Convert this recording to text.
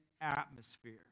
atmosphere